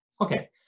okay